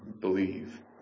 believe